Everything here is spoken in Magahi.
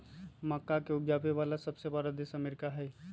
मक्का के उपजावे वाला सबसे बड़ा देश अमेरिका हई